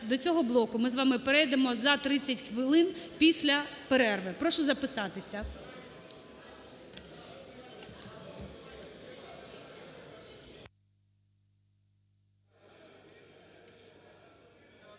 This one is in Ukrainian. до цього блоку ми з вами перейдемо за 30 хвилин, після перерви. Прошу записатися.